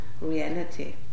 reality